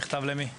מכתב למי?